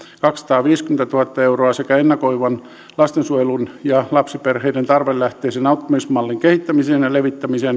kaksisataaviisikymmentätuhatta euroa sekä ennakoivan lastensuojelun ja lapsiperheiden tarvelähtöisen auttamismallin kehittämiseen ja levittämiseen